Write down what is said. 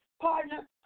partner